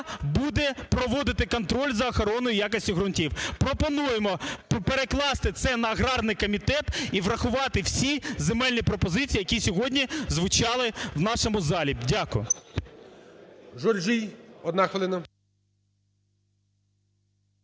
буде проводити контроль за охороною якості ґрунтів. Пропонуємо перекласти це на аграрний комітет і врахувати всі земельні пропозиції, які сьогодні звучали в нашому залі. Дякую.